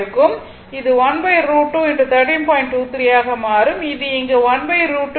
இது இங்கு மற்றும் என இருக்கும்